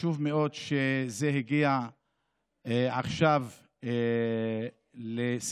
חשוב מאוד שזה הגיע עכשיו לסיום,